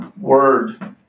word